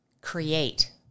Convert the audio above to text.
create